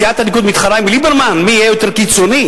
סיעת הליכוד מתחרה עם ליברמן מי יהיה יותר קיצוני?